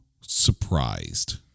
surprised